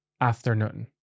afternoon